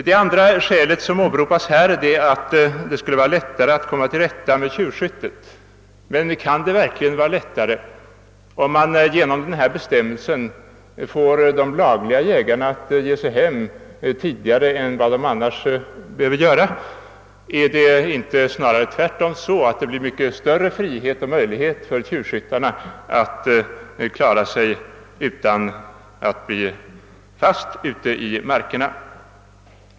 Det andra skäl som åberopas var allt så att det skulle bli lättare att komma till rätta med tjuvskyttet. Men kan detta verkligen bli lättare om man genom denna bestämmelse får de laglydiga jägarna att ge sig hem tidigare än vad de annars behöver göra? Blir det inte tvärtom så, att tjuvskyttarna får mycket större frihet och större möjligheter att vara ute i markerna utan att bli fast?